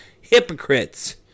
hypocrites